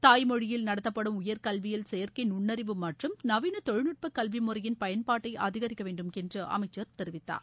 தாய்மொழியில் நடத்தப்படும் உயர்கல்வியில் செயற்கை நுண்ணறிவு மற்றும் நவீன தொழில்நுட்ப கல்வி முறையின் பயன்பாட்டை அதிகரிக்க வேண்டும் என்று அமைச்சர் தெரிவித்தார்